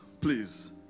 Please